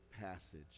passage